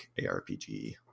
arpg